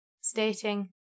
stating